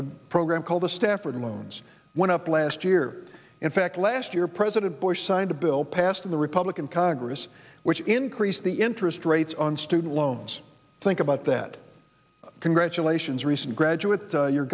a program called the stafford loans went up last year in fact last year president bush signed a bill passed in the republican congress which increased the interest rates on student loans think about that congratulations recent graduate your